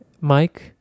Mike